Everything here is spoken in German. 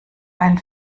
ein